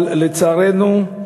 אבל, לצערנו,